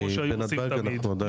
כמוש היו עושים תמיד,